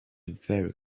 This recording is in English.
very